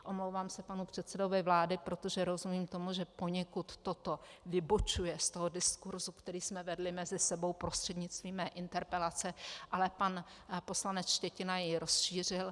Omlouvám se panu předsedovi vlády, protože rozumím tomu, že poněkud toto vybočuje z toho diskursu, který jsme vedli mezi sebou prostřednictvím mé interpelace, ale pan poslanec Štětina jej rozšířil.